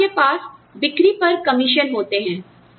और आपके पास बिक्री पर कमीशन होते हैं